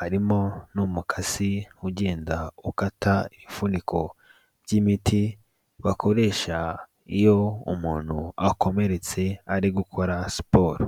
harimo n'umukasi ugenda ukata ibifuniko by'imiti bakoresha iyo umuntu akomeretse ari gukora siporo.